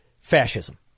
fascism